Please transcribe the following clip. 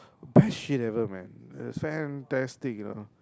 best shit ever man it was fantastic you know